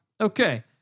Okay